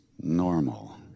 normal